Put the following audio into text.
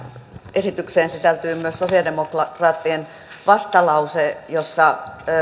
esitykseen sisältyy myös sosialidemokraattien vastalause jossa